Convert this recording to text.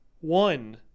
One